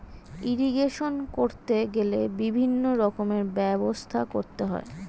irrigation করতে গেলে বিভিন্ন রকমের ব্যবস্থা করতে হয়